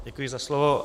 Děkuji za slovo.